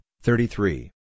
thirty-three